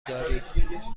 دارید